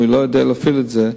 לא יודע להפעיל את זה,